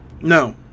No